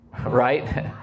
right